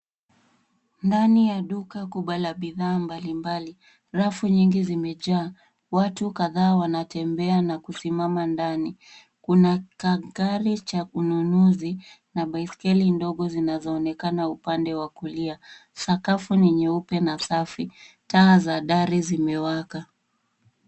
Ndani ya duka kubwa la bidhaa mbali mbali. Rafu nyingi zimejaa. Watu kadhaa wanatembea na kusimama ndani. Kuna kagari cha ununuzi na baiskeli ndogo zinazoonekana upande wa kulia. Sakafu ni nyeupe na safi. Taa za dari zimewaka.